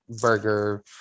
burger